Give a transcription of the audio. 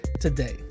today